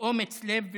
לאומץ לב והומניות.